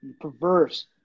perverse